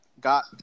got